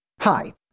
Hi